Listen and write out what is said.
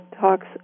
talks